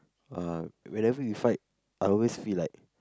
uh whenever we fight I always feel like